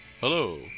Hello